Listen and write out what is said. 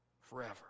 forever